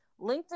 LinkedIn